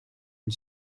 une